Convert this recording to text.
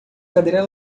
cadeira